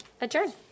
adjourn